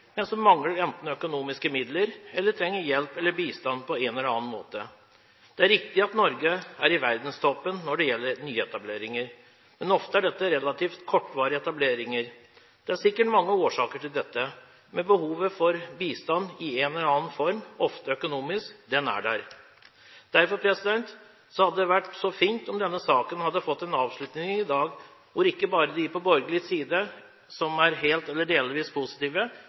men som enten mangler økonomiske midler, eller som trenger hjelp eller bistand på en eller annen måte. Det er riktig at Norge er i verdenstoppen når det gjelder nyetableringer. Men ofte er dette relativt kortvarige etableringer. Det er sikkert mange årsaker til dette, men behovet for bistand i en eller annen form, ofte økonomisk, den er der. Derfor hadde det vært så fint om denne saken hadde fått en avslutning i dag, når ikke bare de på borgerlig side er helt eller delvis positive,